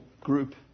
group